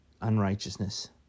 unrighteousness